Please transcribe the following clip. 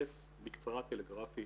להתייחס בקצרה טלגרפית